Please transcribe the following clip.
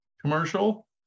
commercial